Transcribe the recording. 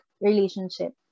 relationship